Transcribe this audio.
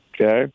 Okay